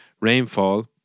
rainfall